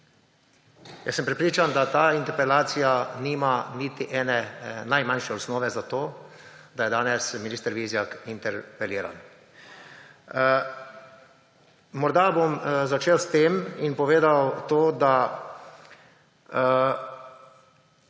Jaz sem prepričan, da ta interpelacija nima niti ene najmanjše osnove za to, da je danes minister Vizjak interpeliran. Morda bom začel s tem in povedal to, da